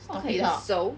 stop it hor